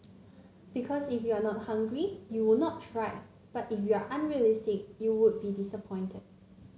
because if you are not hungry you would not try but if you are unrealistic you would be disappointed